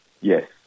Yes